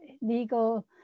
legal